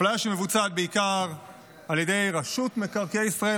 אפליה שמבוצעת בעיקר על ידי רשות מקרקעי ישראל,